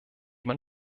man